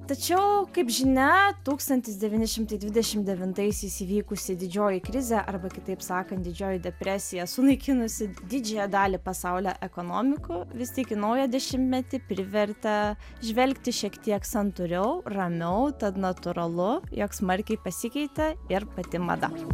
tačiau kaip žinia tūkstantis devyni šimtai dvidešim devintaisiais įvykusi didžioji krizė arba kitaip sakant didžioji depresija sunaikinusi didžiąją dalį pasaulio ekonomikų vis tiek į naują dešimtmetį privertė žvelgti šiek tiek santūriau ramiau tad natūralu jog smarkiai pasikeitė ir pati mada